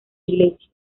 iglesia